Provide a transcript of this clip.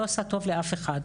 לא עושה טוב לאף אחד,